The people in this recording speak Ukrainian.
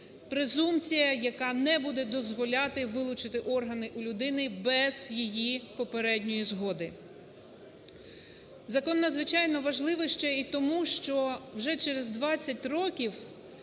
презумпція, яка не буде дозволяти вилучити органи у людини без її попередньої згоди. Закон надзвичайно важливий ще й тому, що вже через 20 років